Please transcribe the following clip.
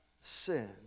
sin